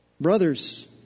Brothers